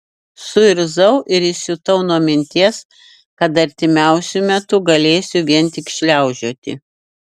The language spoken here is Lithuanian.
suirzau ir įsiutau nuo minties kad artimiausiu metu galėsiu vien tik šliaužioti